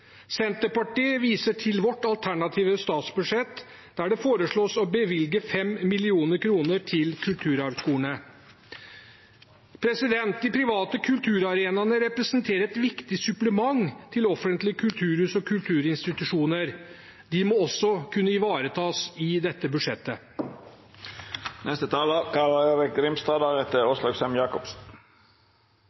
Senterpartiet viser til vårt alternative statsbudsjett der det foreslås å bevilge 5 mill. kr til kulturarvskolene. De private kulturarenaene representerer et viktig supplement til offentlige kulturhus og kulturinstitusjoner. De må også kunne ivaretas i dette budsjettet.